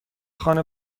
خانه